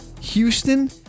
Houston